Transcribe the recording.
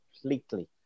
Completely